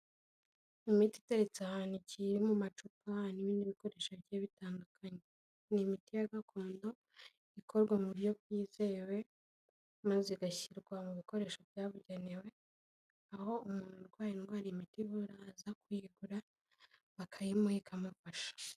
Imiti iteretse ahantu igiye iri mu macupa hari n'ibindi bikoresho bigiye bitandukanye. Ni imiti ya gakondo ikorwa mu buryo bwizewe, maze igashyirwa mu bikoresho byabugenewe, aho umuntu urwaye indwara imiti ivura aza kuyigura bakayimuha ikamufasha.